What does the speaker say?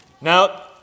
Now